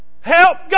help